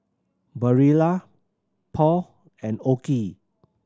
Barilla Paul and OKI